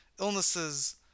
illnesses